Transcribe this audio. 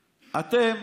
אתם,